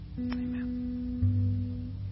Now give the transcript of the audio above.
amen